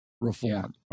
reform